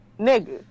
nigga